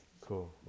Cool